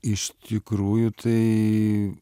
iš tikrųjų tai